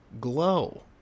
glow